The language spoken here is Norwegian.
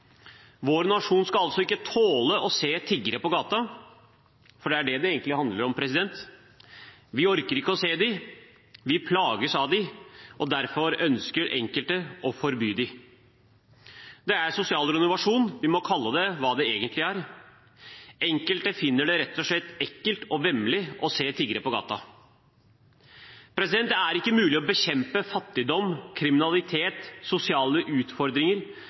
vår nasjon, skal altså ikke tåle å se tiggere på gata – for det er det det egentlig handler om. Vi orker ikke å se dem. Vi plages av dem. Og derfor ønsker enkelte å forby dem. Det er sosial renovasjon – vi må kalle det hva det egentlig er. Enkelte finner det rett og slett ekkelt og vemmelig å se tiggere på gata. Det er ikke mulig å bekjempe fattigdom, kriminalitet og sosiale utfordringer